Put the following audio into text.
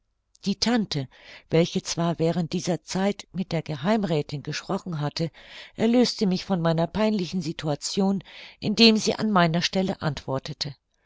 die tante welche zwar während dieser zeit mit der geheimräthin gesprochen hatte erlöste mich von meiner peinlichen situation indem sie an meiner stelle antwortete